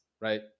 right